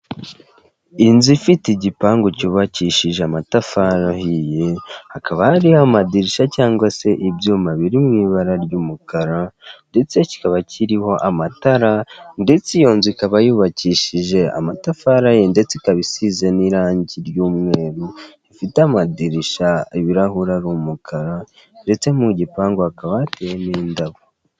Inzu ifite igipangu cyubakishije amatafari ahiye, hakaba hari amadirishya cyangwa se ibyuma biri mu ibara ry'umukara ndetse kikaba kiriho amatara ndetse iyo nzu ikaba yubakishije amatafari ahiye ndetse ikaba isize n'irangi ry'umweru rifite amadirisha ibirahuri ari umukara ndetse no mu gipangu hakaba hateyemo indabo.